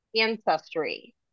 ancestry